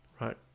right